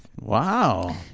Wow